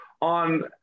on